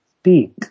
speak